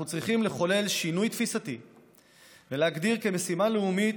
אנחנו צריכים לחולל שינוי תפיסתי ולהגדיר כמשימה לאומית